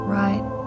right